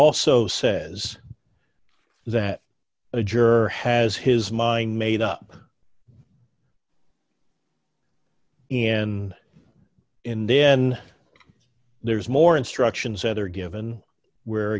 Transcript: also says that a juror has his mind made up and in then there's more instructions that are given where